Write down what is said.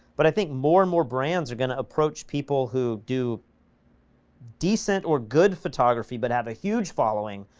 but i think more and more brands are gonna approach people who do decent or good photography, but have a huge following,